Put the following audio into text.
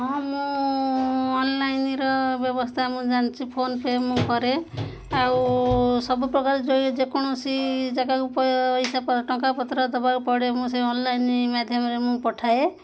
ହଁ ମୁଁ ଅନଲାଇନର ବ୍ୟବସ୍ଥା ମୁଁ ଜାଣିଛି ଫୋନ ପେ ମୁଁ କରେ ଆଉ ସବୁପ୍ରକାର ଯେଉଁ ଯେକୌଣସି ଜାଗାକୁ ହିସାବ ଟଙ୍କା ପତ୍ର ଦବାକୁ ପଡ଼େ ମୁଁ ସେଇ ଅନଲାଇନ ମାଧ୍ୟମରେ ମୁଁ ପଠାଏ